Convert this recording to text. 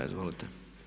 Izvolite.